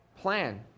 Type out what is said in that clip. plan